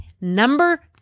number